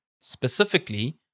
specifically